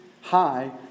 high